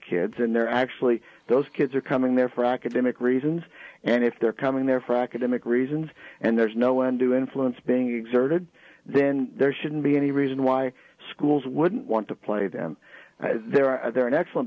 kids and they're actually those kids are coming there for academic reasons and if they're coming there for academic reasons and there's no undue influence being exerted then there shouldn't be any reason why schools wouldn't want to play them there and they're an excellent